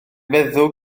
feddw